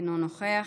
אינו נוכח,